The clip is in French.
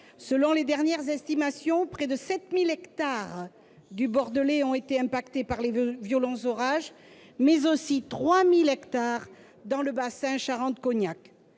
Selon les dernières estimations, près de 7 000 hectares du Bordelais ont été impactés par les violents orages, mais aussi 3 000 hectares dans le bassin Charentes-Cognac.